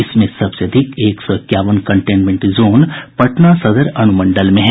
इसमें सबसे अधिक एक सौ इक्यावन कंटेनमेंट जोन पटना सदर अनुमंडल में हैं